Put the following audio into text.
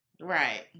Right